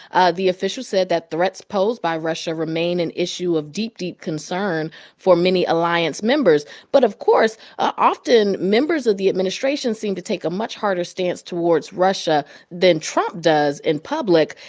ah the official said that threats posed by russia remain an issue of deep, deep concern for many alliance members. but, of course, often, members of the administration seem to take a much harder stance towards russia than trump does in public,